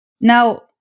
Now